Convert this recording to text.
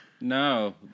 no